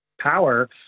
power